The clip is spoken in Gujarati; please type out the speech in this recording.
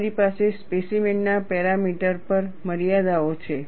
તમારી પાસે સ્પેસીમેન ના પેરામીટર પર મર્યાદાઓ છે